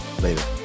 Later